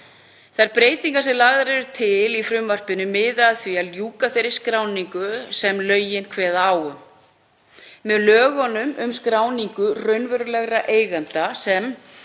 Þær breytingar sem lagðar eru til í frumvarpinu miða að því að ljúka þeirri skráningu sem lögin kveða á um með lögum um skráningu raunverulegra eigenda þar